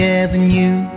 avenue